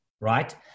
right